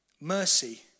mercy